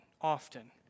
often